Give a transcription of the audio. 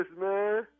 man